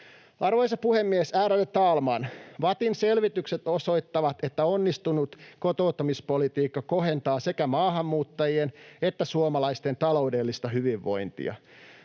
Arvoisa puhemies, ärade talman! VATTin selvitykset osoittavat, että onnistunut kotouttamispolitiikka kohentaa sekä maahanmuuttajien että suomalaisten taloudellista hyvinvointia.